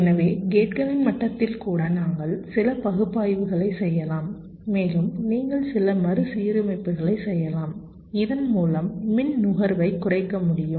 எனவே கேட்களின் மட்டத்தில் கூட நாங்கள் சில பகுப்பாய்வுகளைச் செய்யலாம் மேலும் நீங்கள் சில மறுசீரமைப்புகளைச் செய்யலாம் இதன் மூலம் மின் நுகர்வை குறைக்க முடியும்